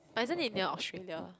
but isn't it near Australia